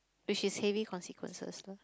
which is heavy consequences lah